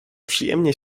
przyjemnie